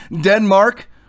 Denmark